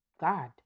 God